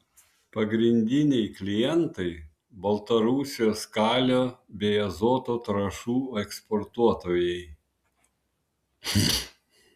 pagrindiniai klientai baltarusijos kalio bei azoto trąšų eksportuotojai